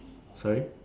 sorry